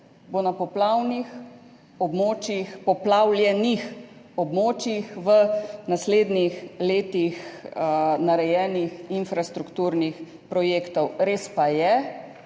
bo na poplavnih območjih v naslednjih letih narejenih infrastrukturnih projektov. Res pa je,